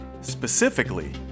specifically